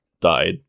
died